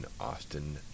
Austin